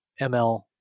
ML